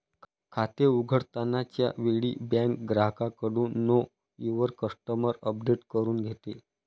खाते उघडताना च्या वेळी बँक ग्राहकाकडून नो युवर कस्टमर अपडेट करून घेते